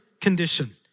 condition